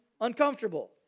uncomfortable